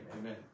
Amen